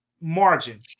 margin